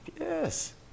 Yes